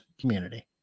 community